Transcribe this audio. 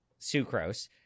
sucrose